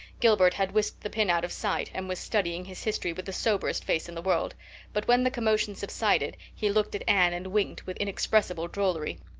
gilbert had whisked the pin out of sight and was studying his history with the soberest face in the world but when the commotion subsided he looked at anne and winked with inexpressible drollery.